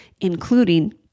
including